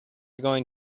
going